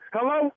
Hello